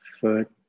foot